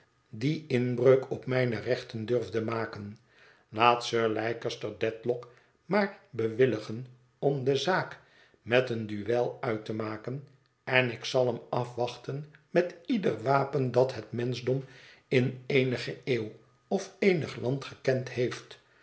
die inbreuk op mijne rechten durfde maken laat sir leicester dedlock maar bewilligen om de zaak met een duel uit te maken en ik zal hem afwachten met ieder wapen dat het menschdom in eenige eeuw of eenig land gekend heeft